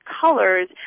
colors